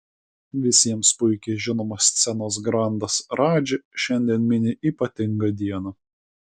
visiems puikiai žinomas scenos grandas radži šiandien mini ypatingą dieną